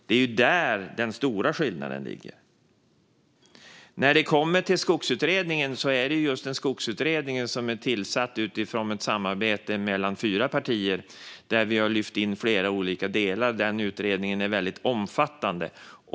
Det är där den stora skillnaden ligger. När det kommer till Skogsutredningen är det just en skogsutredning, och den är tillsatt utifrån ett samarbete mellan fyra partier. Vi har lyft in flera olika delar i utredningen, och den är väldigt omfattande.